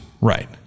Right